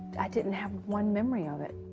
i didn't have one memory of it.